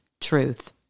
truth